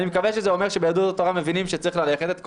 אני מקווה שזה אומר שביהדות התורה מבינים שצריך ללכת את הקריאות,